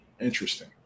Interesting